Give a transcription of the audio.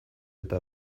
eta